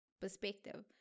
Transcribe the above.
perspective